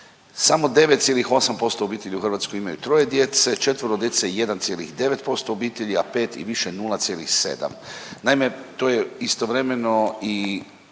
samo 9,8% obitelji u Hrvatskoj imaju troje djece, četvero djece 1,9% obitelji, a pet i više 0,7.